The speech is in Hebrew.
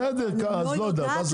אני לא יודעת